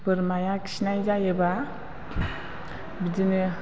बोरमाया खिनाय जायोब्ला बिदिनो